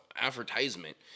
advertisement